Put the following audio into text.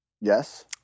Yes